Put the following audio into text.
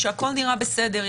כשהכול נראה בסדר,